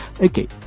Okay